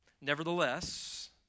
Nevertheless